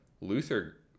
Luther